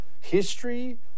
History